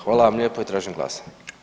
Hvala vam lijepo i tražim glasanje.